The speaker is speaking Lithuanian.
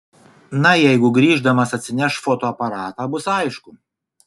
na jeigu grįždamas atsineš fotoaparatą bus aišku